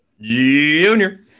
Junior